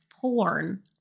porn